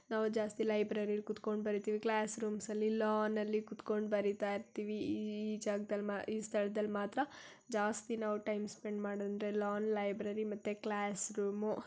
ನಾವು ಜಾಸ್ತಿ ಲೈಬ್ರೆರಿಲಿ ಕೂತ್ಕೊಂಡು ಬರಿತೀವಿ ಕ್ಲಾಸ್ರೂಮ್ಸಲ್ಲಿ ಲಾನಲ್ಲಿ ಕೂತ್ಕೊಂಡು ಬರೀತಾ ಇರ್ತೀವಿ ಈ ಜಾಗ್ದಲ್ಲಿ ಈ ಸ್ಥಳ್ದಲ್ಲಿ ಮಾತ್ರ ಜಾಸ್ತಿ ನಾವು ಟೈಮ್ ಸ್ಪೆಂಡ್ ಮಾಡೋದು ಅಂದರೆ ಲಾನ್ ಲೈಬ್ರೆರಿ ಮತ್ತು ಕ್ಲಾಸ್ರೂಮು